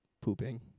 pooping